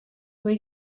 were